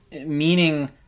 meaning